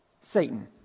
Satan